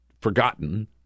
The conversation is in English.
forgotten